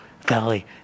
Valley